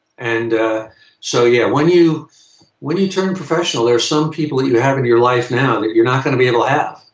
and so, yeah, when you when you turn professional, there's some people that you have in your life now that you're not gonna be able to have.